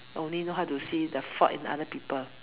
only know how to see the fault in other people